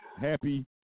happy